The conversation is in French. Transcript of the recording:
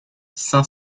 cinq